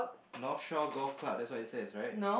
North Shore Golf Club thats what it says right